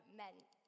meant